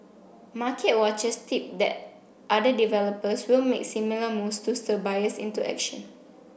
market watchers tip that other developers will make similar moves to stir buyers into action